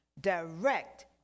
direct